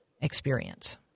experience